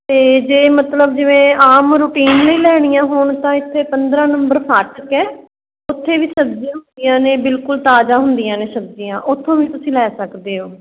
ਅਤੇ ਜੇ ਮਤਲਬ ਜਿਵੇਂ ਆਮ ਰੂਟੀਨ ਲਈ ਲੈਣੀਆਂ ਹੋਣ ਤਾਂ ਇੱਥੇ ਪੰਦਰ੍ਹਾਂ ਨੰਬਰ ਫਾਟਕ ਹੈ ਉੱਥੇ ਵੀ ਸਬਜ਼ੀਆਂ ਹੁੰਦੀਆਂ ਨੇ ਬਿਲਕੁਲ ਤਾਜ਼ਾ ਹੁੰਦੀਆਂ ਨੇ ਸਬਜ਼ੀਆਂ ਉੱਥੋਂ ਵੀ ਤੁਸੀਂ ਲੈ ਸਕਦੇ ਹੋ